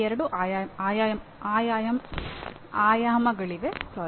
ಇದಕ್ಕೆ ಎರಡು ಆಯಾಮಗಳಿವೆ